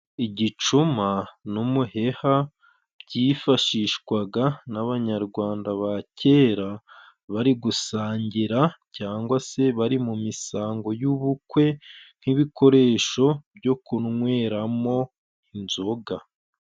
Igicuma n'umuheha byifashishwaga n'abanyarwanda ba kera bari gusangira cyangwa se bari mu misango y'ubukwe nk'ibikoresho byo kunyweramo inzoga.